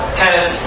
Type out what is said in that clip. tennis